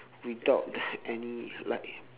without any like